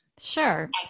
Sure